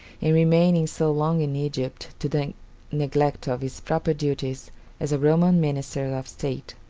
and remaining so long in egypt to the neglect of his proper duties as a roman minister of state.